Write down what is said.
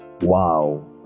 Wow